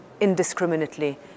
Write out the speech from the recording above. indiscriminately